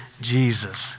Jesus